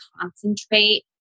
concentrate